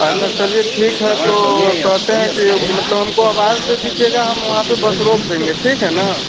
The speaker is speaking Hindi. अच्छा चलिए ठीक है तो कहते हैं कि मतलब हमको आवाज़ दे दीजिएगा हम वहाँ पर बस रोक देंगे ठीक है ना